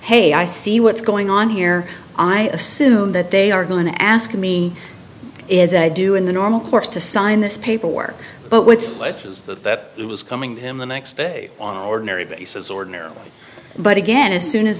hey i see what's going on here i assume that they are going to ask me is i do in the normal course to sign this paperwork but what was that it was coming in the next day on ordinary basis ordinarily but again as soon as